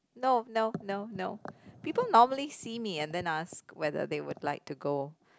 no no no no people normally see me and then ask whether they would like to go